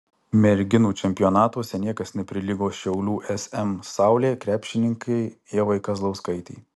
merginų čempionatuose niekas neprilygo šiaulių sm saulė krepšininkei ievai kazlauskaitei